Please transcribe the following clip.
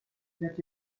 that